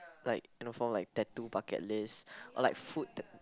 like you know for like tattoo bucket list or like food